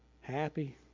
happy